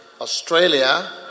Australia